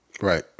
right